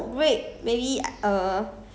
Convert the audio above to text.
I don't know maybe he